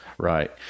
Right